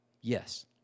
yes